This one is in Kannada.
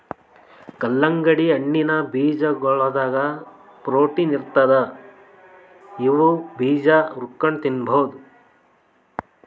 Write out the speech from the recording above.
ಕಲ್ಲಂಗಡಿ ಹಣ್ಣಿನ್ ಬೀಜಾಗೋಳದಾಗ ಪ್ರೊಟೀನ್ ಇರ್ತದ್ ಇವ್ ಬೀಜಾ ಹುರ್ಕೊಂಡ್ ತಿನ್ಬಹುದ್